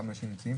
כמה אנשים נמצאים,